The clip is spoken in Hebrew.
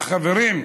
חברים,